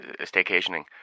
staycationing